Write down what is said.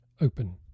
open